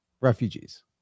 refugees